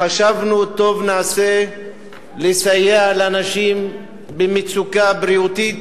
חשבנו: טוב נעשה לסייע לאנשים במצוקה בריאותית